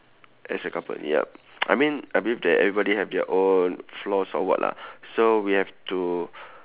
as a couple yup I mean I believe that everybody have their own flaws or what lah so we have to